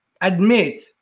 admit